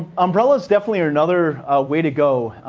umbrella's definitely another way to go.